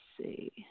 see